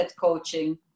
coaching